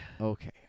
Okay